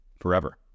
forever